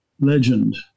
legend